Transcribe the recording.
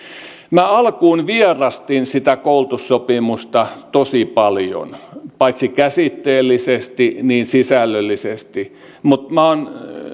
minä alkuun vierastin sitä koulutussopimusta tosi paljon paitsi käsitteellisesti myös sisällöllisesti mutta minä olen